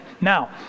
Now